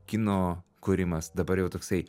kino kūrimas dabar jau toksai